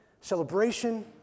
celebration